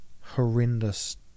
horrendous